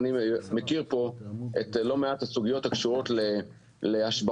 אני מכיר את לא מעט הסוגיות הקשורות להשבחות